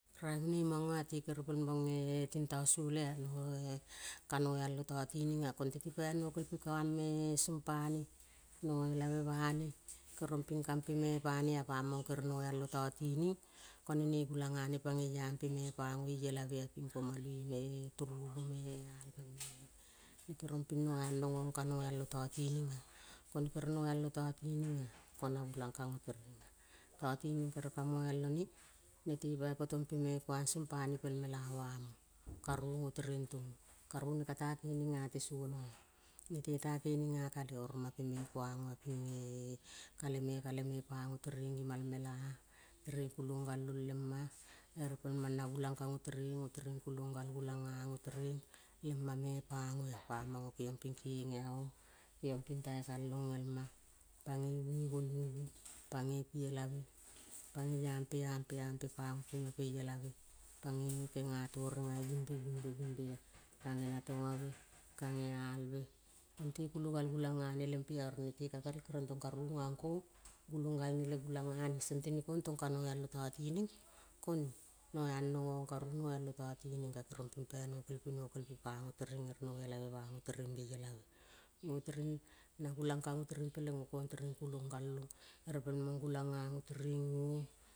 Raivonoi manga-a. te kere pelmonge tintasole-a, noe ka noialo tatininga konteti pai nokel pe kuang me song pane. Noelave bane, keriong ping kampe me panea pamang kere noialo tatining kone ne gulang ngane pangoi ampe me pango ielave ping komaloi me. Turuvu me. Alve me. Keriong ping no anong o-ong ka noialo tatininga. Kone kere noialo tatininga ko na gulang kango terenga. Tatining kere ka moal one. nete pai poto mpe meâ kuang song pane pel mela vamo. Karou ngo tereng tongo. Karou ne kata kening ate sona-a. Nete ta kening akale oro mape me kuanga pinge kale me. kale me pango tereng ima el mela. Tereng kulong galong lema ere pelmang na gulang kango tereng. Ngo tereng kulong gal gulang ngango tereng le mame pangoa pamang kengiong ping kenge aong keniong ping tange kalong elma pangoi ungi gonuvu pangoi pi elave. Pangoi ampe. ampe. ampe pango pema pe ielave. Pangoi kenga torengave bimbe, bimbe, bimbe. Kange natongave. kange alve. konte kulo gal gulang ngane lempe. Oro nete ka gerel keriong tongkarou ngang kong gulong galne le gulang ngane. Songte nekong tong ka noialo tatining. kone no anong o-ong karu noialo tatining ka keriong ping pai nokel pe nokel pe pango tereng ere noelave bango tereng-e elave. Ngo tereng na gulang kango tereng peleng ngo kong tereng kulong galong. Ere pelmang gulang ngango tereng nguong.